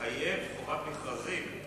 לחייב חובת מכרזים.